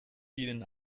ihnen